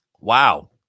Wow